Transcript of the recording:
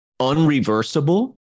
unreversible